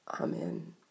Amen